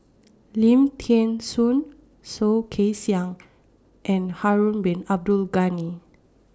Lim Thean Soo Soh Kay Siang and Harun Bin Abdul Ghani